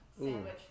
Sandwich